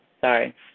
sorry